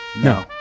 no